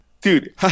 Dude